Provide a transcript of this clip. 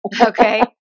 Okay